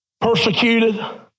persecuted